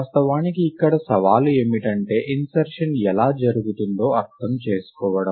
వాస్తవానికి ఇక్కడ సవాలు ఏమిటంటే ఇంసెర్షన్ ఎలా జరుగుతుందో అర్థం చేసుకోవడం